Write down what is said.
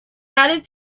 added